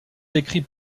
décrit